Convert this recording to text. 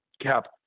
cap